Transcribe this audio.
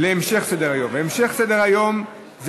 סדר-היום זה